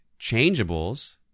changeables